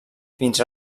fins